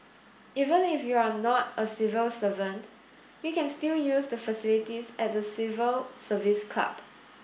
even if you are not a civil servant you can still use the facilities at the Civil Service Club